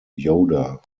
yoder